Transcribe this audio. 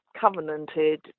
covenanted